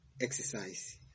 exercise